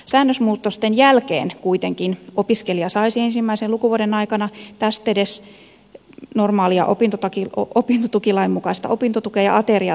säännösmuutosten jälkeen kuitenkin opiskelija saisi ensimmäisen lukuvuoden aikana tästedes normaalia opintotukilain mukaista opintotukea ja ateriatukea